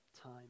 time